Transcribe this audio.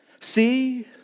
See